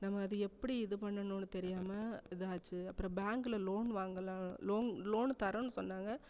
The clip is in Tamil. நம்ம அது எப்படி இது பண்ணணுன்னு தெரியாமல் இதாச்சு அப்புறம் பேங்க்கில் லோன் வாங்கலாம் லோன் லோனு தரோன்னு சொன்னாங்க